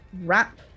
wrap